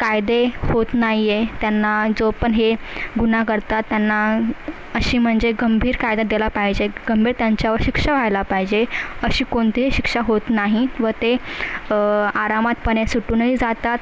कायदे होत नाही आहे त्यांना जो पण हे गुन्हा करतात त्यांना अशी म्हणजे गंभीर कायदा दिला पाहिजे गंभीर त्यांच्यावर शिक्षा व्हायला पाहिजे अशी कोणतीही शिक्षा होत नाही व ते आरामात पणे सुटूनही जातात